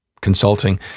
consulting